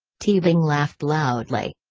teabing laughed loudly.